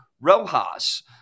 rojas